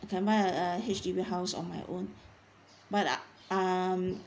I can buy a uh H_D_B house on my own but ah um